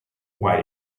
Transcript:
why